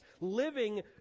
living